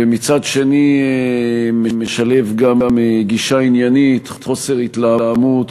ומצד שני משלב גם גישה עניינית, חוסר התלהמות,